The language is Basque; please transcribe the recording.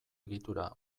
egitura